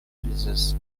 services